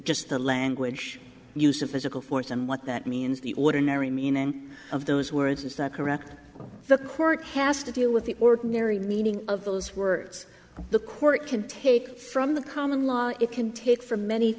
just the language use of physical force and what that means the ordinary meaning of those words is that correct the court has to deal with the ordinary meaning of those words the court can take from the common law it can take from many